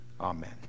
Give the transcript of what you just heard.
Amen